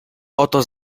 oto